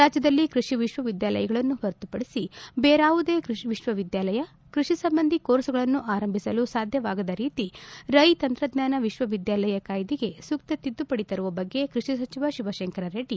ರಾಜ್ಯದಲ್ಲಿ ಕೃಷಿ ವಿಶ್ವವಿದ್ಯಾಲಯಗಳನ್ನು ಹೊರತುಪಡಿಸಿ ಬೇರ್ಕಾವುದೇ ವಿಶ್ವವಿದ್ಯಾಲಯ ಕೃಷಿ ಸಂಬಂಧಿ ಕೋರ್ಸ್ಗಳನ್ನು ಆರಂಭಿಸಲು ಸಾಧ್ವವಾಗದ ರೀತಿ ರೈ ತಂತ್ರಜ್ಞಾನ ವಿಶ್ವವಿದ್ಯಾಲಯ ಕಾಯ್ದೆಗೆ ಸೂಕ್ತ ತಿದ್ದುಪಡಿ ತರುವ ಬಗ್ಗೆ ಕೃಷಿ ಸಚಿವ ಶಿವಶಂಕರರೆಡ್ಡಿ